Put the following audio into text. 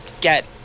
get